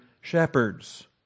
shepherds